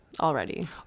already